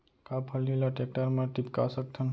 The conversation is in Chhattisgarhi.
का फल्ली ल टेकटर म टिपका सकथन?